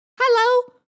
Hello